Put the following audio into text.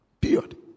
Period